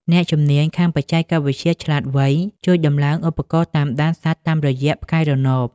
អ្នកជំនាញខាងបច្ចេកវិទ្យាឆ្លាតវៃ ជួយដំឡើងឧបករណ៍តាមដានសត្វតាមរយៈផ្កាយរណប។